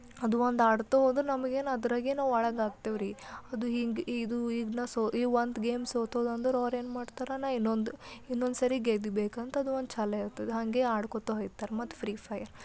ಅದು ಒಂದು ಆಡ್ತಾ ಹೋದ್ರೆ ನಮ್ಗೇನು ಅದ್ರಾಗೇನು ಒಳಗಾಗ್ತವ್ರಿ ಅದು ಹಿಂಗೆ ಇದು ಇದನ್ನ ಸೊ ಇವು ಒಂದು ಗೇಮ್ ಸೋತೋದಂದ್ರೆ ಅವ್ರೇನು ಮಾಡ್ತಾರೆ ನಾನು ಇನ್ನೊಂದು ಇನ್ನೊಂದ್ಸರಿ ಗೆಲ್ಬೇಕಂತಂದು ಅದು ಒಂದು ಛಲ ಇರ್ತದ ಹಾಗೆ ಆಡ್ಕೊಳ್ತಾ ಹೊಗ್ತಾರ ಮತ್ತು ಫ್ರೀ ಫಯರ್